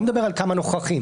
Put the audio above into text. אני לא מדבר על כמה נוכחים.